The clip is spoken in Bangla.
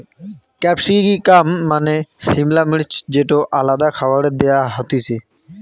ক্যাপসিকাম মানে সিমলা মির্চ যেটো আলাদা খাবারে দেয়া হতিছে